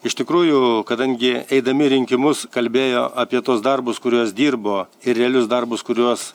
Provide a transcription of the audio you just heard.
iš tikrųjų kadangi eidami rinkimus kalbėjo apie tuos darbus kuriuos dirbo ir realius darbus kuriuos